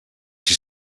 sis